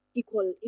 equal